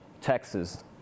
Texas